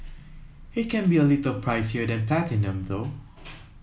it can be a little pricier than Platinum though